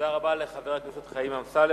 תודה רבה לחבר הכנסת חיים אמסלם.